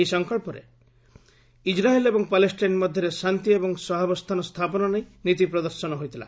ଏହି ସଂକଳ୍ପରେ ଇସ୍ରାଏଲ୍ ଏବଂ ପାଲେଷ୍ଟାଇନ୍ ମଧ୍ୟରେ ଶାନ୍ତି ଏବଂ ସହାବସ୍ଥାନ ସ୍ଥାପନ ନେଇ ନୀତି ପ୍ରଦର୍ଶନ ହୋଇଥିଲା